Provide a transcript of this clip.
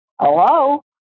Hello